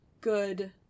good